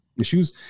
issues